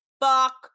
fuck